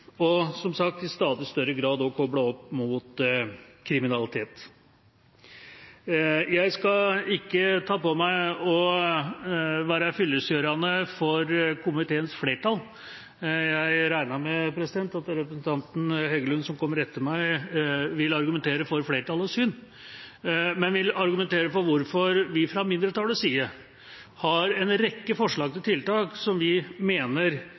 og som sagt er det i stadig større grad også koblet opp mot kriminalitet. Jeg skal ikke ta på meg å være fyllestgjørende for komiteens flertall. Jeg regner med at representanten Heggelund, som kommer etter meg, vil argumentere for flertallets syn, men jeg vil argumentere for hvorfor vi fra mindretallets side har en rekke forslag til tiltak som vi mener